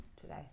today